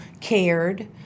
cared